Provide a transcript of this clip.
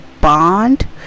bond